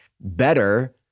better